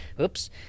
Oops